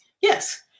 Yes